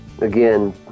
again